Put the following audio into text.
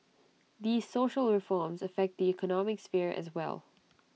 these social reforms affect the economic sphere as well